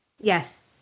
Yes